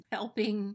helping